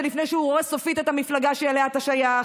לפני שהוא הורס סופית את המפלגה שאליה אתה שייך.